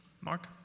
Mark